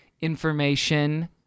information